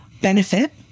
benefit